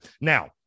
Now